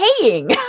paying